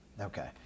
Okay